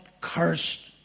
cursed